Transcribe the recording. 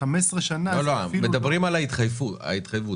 מדברים על ההתחייבות.